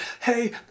Hey